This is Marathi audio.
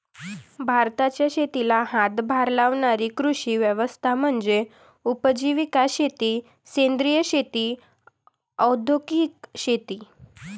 भारताच्या शेतीला हातभार लावणारी कृषी व्यवस्था म्हणजे उपजीविका शेती सेंद्रिय शेती औद्योगिक शेती